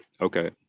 Okay